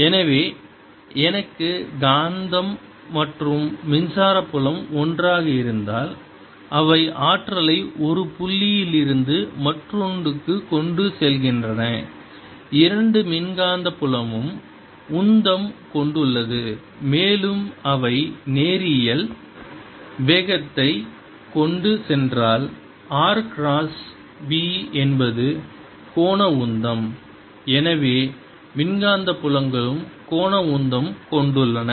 எனவே எனக்கு காந்த மற்றும் மின்சார புலம் ஒன்றாக இருந்தால் அவை ஆற்றலை ஒரு புள்ளியில் இருந்து மற்றொன்றுக்கு கொண்டு செல்கின்றன இரண்டு மின்காந்த புலமும் உந்தம் கொண்டுள்ளது மேலும் அவை நேரியல் வேகத்தைக் கொண்டு சென்றால் r கிராஸ் p என்பது கோண உந்தம் எனவே மின்காந்த புலங்களும் கோண உந்தம் கொண்டுள்ளன